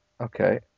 Okay